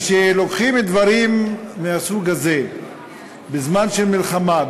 כשלוקחים דברים מהסוג הזה בזמן של מלחמה,